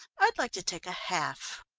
i'd like to take a half.